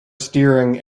steering